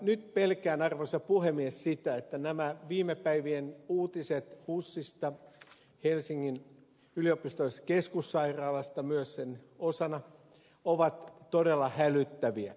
nyt pelkään arvoisa puhemies että nämä viime päivien uutiset husista helsingin yliopistollisesta keskussairaalasta sen osana ovat todella hälyttäviä